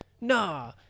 Nah